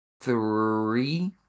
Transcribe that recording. three